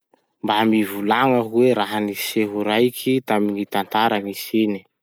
Mba mivolagna hoe raha-niseho raiky tamy gny tantaran'i Chine?